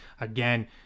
again